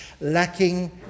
lacking